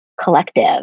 Collective